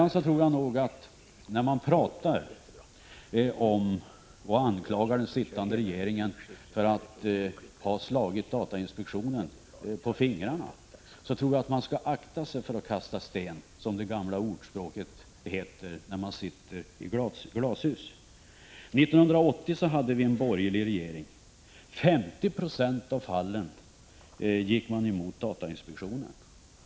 När man anklagar den sittande regeringen för att ha slagit datainspektionen på fingrarna tror jag att man skall, som det heter i ordspråket, akta sig för att kasta sten när man sitter i glashus. 1980 hade vi en borgerlig regering. I 50 90 av fallen gick den emot datainspektionen.